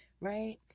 right